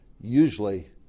usually